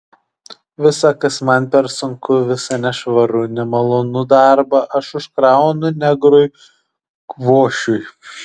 visa kas man per sunku visą nešvarų nemalonų darbą aš užkraunu negrui kvošiui